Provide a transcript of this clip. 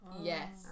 Yes